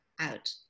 out